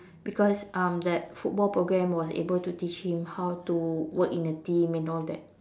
because um that football programme was able to teach him how to work in a team and all that